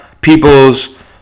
people's